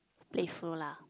playful lah